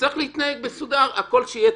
צריך להתנהל מסודר, שהכל יהיה